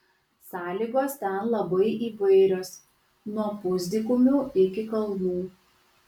sąlygos ten labai įvairios nuo pusdykumių iki kalnų